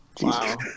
Wow